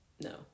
No